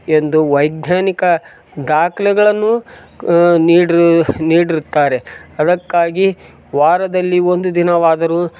ಎಂದು ವೈಜ್ಞಾನಿಕ ದಾಖಲೆಗಳನ್ನೂ ನೀಡಿರುರುತ್ತಾರೆ ಅದಕ್ಕಾಗಿ ವಾರದಲ್ಲಿ ಒಂದು ದಿನವಾದರೂ